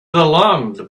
alarmed